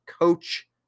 Coach